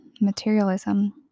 materialism